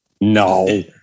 no